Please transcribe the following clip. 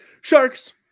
Sharks